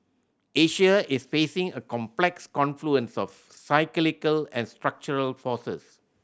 Asia is facing a complex confluence of cyclical and structural forces